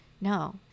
no